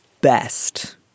best